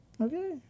Okay